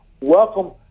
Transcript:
Welcome